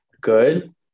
good